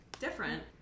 different